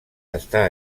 està